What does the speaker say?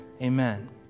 Amen